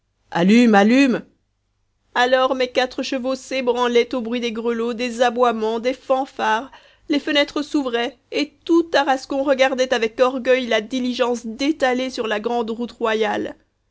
allume allume alors mes quatre chevaux s'ébranlaient au bruit des grelots des aboiements des fanfares les fenêtres s'ouvraient et tout tarascon regardait avec orgueil la diligence détaler sur la grande route royale